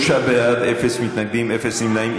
33 בעד, אפס מתנגדים, אפס נמנעים.